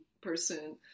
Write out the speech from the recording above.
person